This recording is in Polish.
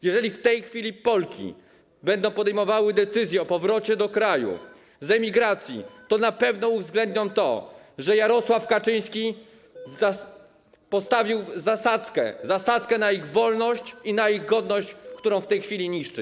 Jeżeli w tej chwili Polki będą podejmowały decyzję o powrocie do kraju z emigracji, to na pewno uwzględnią to, że Jarosław Kaczyński urządził zasadzkę na ich wolność i na ich godność, którą w tej chwili niszczy.